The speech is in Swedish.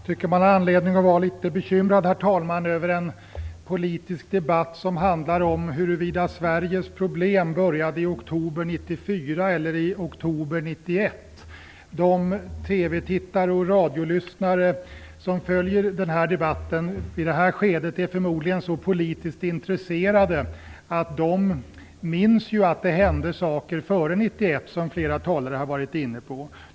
Herr talman! Jag tycker att man har anledning att vara litet bekymrad över en politisk debatt som handlar om huruvida Sveriges problem började i oktober 1994 eller i oktober 1991. De TV-tittare och radiolyssnare som följer den här debatten i det här skedet är förmodligen så politiskt intresserade att de minns att det hände saker före 1991, som flera talare har varit inne på.